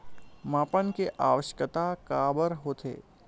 मापन के आवश्कता काबर होथे?